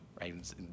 right